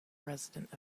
resident